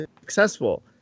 successful